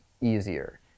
easier